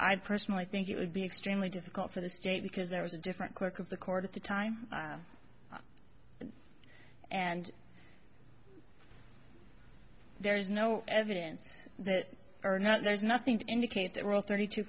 i personally think it would be extremely difficult for the state because there was a different clerk of the court at the time and there is no evidence that or not there's nothing to indicate that rule thirty two